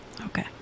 Okay